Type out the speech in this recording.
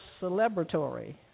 celebratory